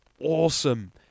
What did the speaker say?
awesome